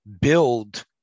build